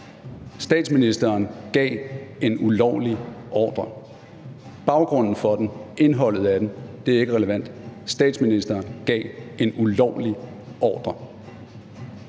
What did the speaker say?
Statsministeren gav en ulovlig ordre. Baggrunden for den, indholdet af den, er ikke relevant. Statsministeren gav en ulovlig ordre.